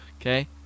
Okay